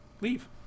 leave